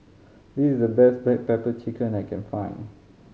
this is the best black pepper chicken I can find